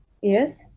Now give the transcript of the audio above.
yes